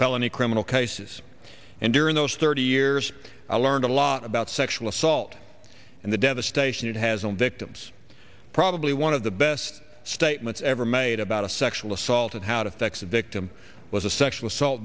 felony criminal cases and during those thirty years i learned a lot about sexual assault and the devastation it has on victims probably one of the best statements ever made about a sexual assault and how to fix a victim was a sexual assault